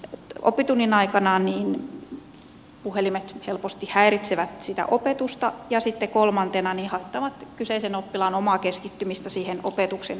oppitunnin aikana puhelimet helposti häiritsevät sitä opetusta ja sitten kolmantena haittaavat kyseisen oppilaan omaa keskittymistä siihen opetukseen